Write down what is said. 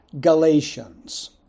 Galatians